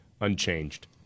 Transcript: unchanged